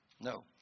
No